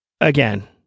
again